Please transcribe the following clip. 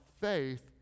faith